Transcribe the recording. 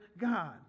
God